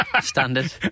standard